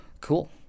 Cool